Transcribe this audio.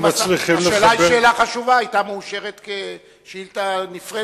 השאלה היא שאלה חשובה, היתה מאושרת כשאילתא נפרדת.